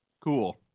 cool